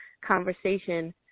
conversation